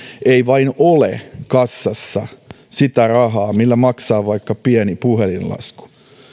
ei vain ole kassassa sitä rahaa millä maksaa vaikka pieni puhelinlasku